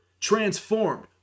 transformed